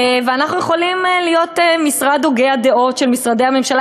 ואנחנו יכולים להיות משרד הוגי הדעות של משרדי הממשלה,